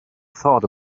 thought